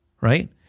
right